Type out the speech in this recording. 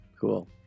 Cool